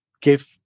give